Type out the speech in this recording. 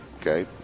okay